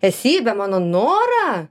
esybę mano norą